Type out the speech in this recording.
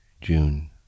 June